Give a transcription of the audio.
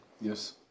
yes